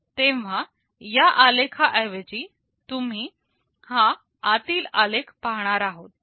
तेव्हा या आलेखा ऐवजी तुम्ही हा आतील आलेख पाहणार आहात